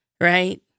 right